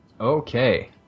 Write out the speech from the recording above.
Okay